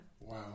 Wow